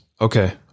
okay